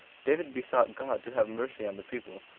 david besought god to have mercy on the people,